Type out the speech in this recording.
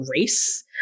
race